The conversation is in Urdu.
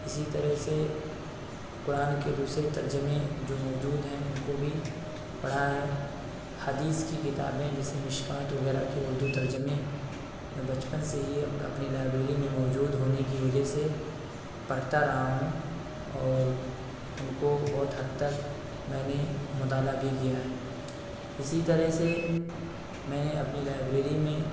اسی طرح سے قرآن کے دوسرے ترجمے جو موجود ہیں ان کو بھی پڑھا ہے حدیث كی كتابیں جیسے مشكاة وغیرہ كے اردو ترجمے میں بچپن سے ہی یہ اپنی لائبریری میں موجود ہونے کی وجہ سے پڑھتا رہا ہوں اور ان کو بہت حد تک میں نے مطالعہ بھی کیا ہے اسی طرح سے میں نے اپنی لائبریری میں